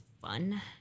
fun